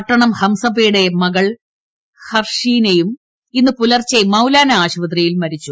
പട്ടണം ഹംസപ്പയുടെ മകൾ ഹർഷീനയും ഇന്ന് പൂലർച്ചെ മൌലാന ആശുപത്രിയിൽ മരിച്ചു